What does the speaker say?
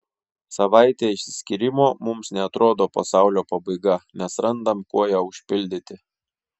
savaitė išsiskyrimo mums neatrodo pasaulio pabaiga nes randam kuo ją užpildyti